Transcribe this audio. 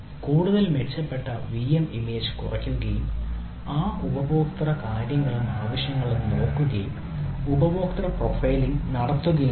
കൂടുതൽ മെച്ചപ്പെട്ട VM image കുറയ്ക്കുകയും ആ ഉപഭോക്തൃ ആവശ്യങ്ങളും കാര്യങ്ങളും നോക്കുകയും ഉപഭോക്തൃ പ്രൊഫൈലിംഗ് നോക്കുകയും ചെയ്യുന്നു